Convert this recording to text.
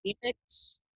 Phoenix